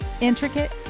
Intricate